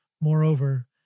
Moreover